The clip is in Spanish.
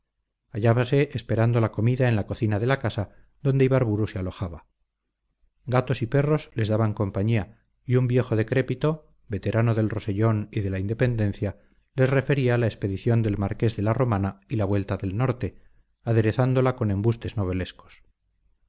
lumbre hallábase esperando la comida en la cocina de la casa donde ibarburu se alojaba gatos y perros les daban compañía y un viejo decrépito veterano del rosellón y de la independencia les refería la expedición del marqués de la romana y la vuelta del norte aderezándola con embustes